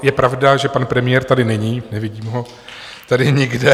Je pravda, že pan premiér tady není, nevidím ho tady nikde.